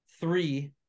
three